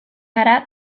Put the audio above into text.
gara